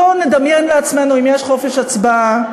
בואו נדמיין לעצמנו אם יש חופש הצבעה,